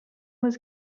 was